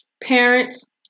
Parents